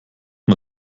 man